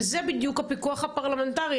וזה בדיוק הפיקוח הפרלמנטרי.